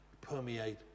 permeate